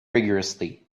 rigourously